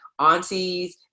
aunties